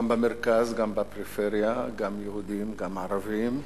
גם במרכז, גם בפריפריה, גם יהודים, גם ערבים,